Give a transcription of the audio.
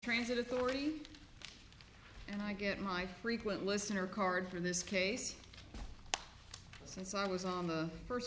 transit authority and i get my frequent listener card for this case since i was on the first